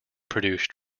produced